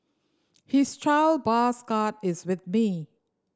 his child bus card is with me